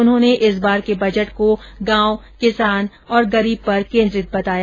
उन्होंने इस बार के बजट को गांव किसान और गरीब पर केन्द्रित बताया